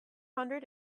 hundred